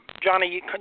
Johnny